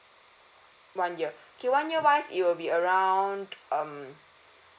one year okay one year wise it will be around um